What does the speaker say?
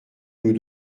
nous